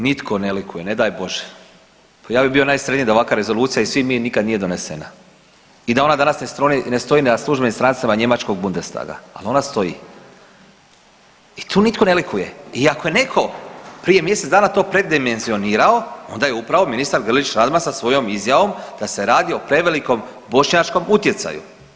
Nitko ne likuje, ne daj Bože, pa ja bi bio najsretniji da ovakva rezolucija i svi mi nikad nije donesena i da ona danas ne stoji na službenim stranicama njemačkog Bundestaga, al ona stoji i tu nitko ne likuje i ako je neko prije mjesec dana to predimenzionirao onda je upravo ministar Grlić Radman sa svojom izjavom da se radi o prevelikom bošnjačkom utjecaju.